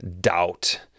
doubt